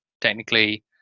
technically